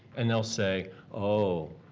and they'll say oh,